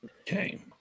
Okay